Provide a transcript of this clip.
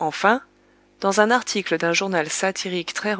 enfin dans un article d'un journal satirique très